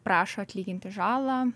prašo atlyginti žalą